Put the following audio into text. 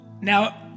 Now